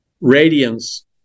radiance